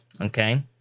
okay